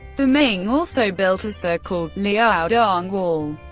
the ming also built a so-called liaodong wall.